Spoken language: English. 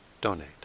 donate